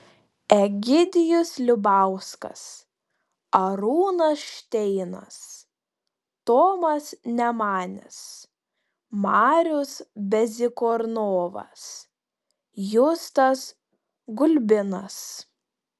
egidijus liubauskas arūnas šteinas tomas nemanis marius bezykornovas justas gulbinas